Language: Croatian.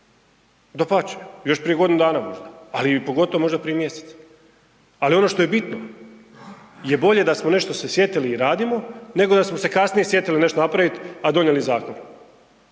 dapače, još prije godinu dana možda, a pogotovo možda prije mjesec. Ali ono što je bitno je bolje da smo se nešto sjetili i radimo nego da smo se kasnije sjetili nešto napraviti, a donijeli zakon